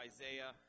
Isaiah